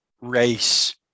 race